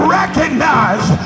recognize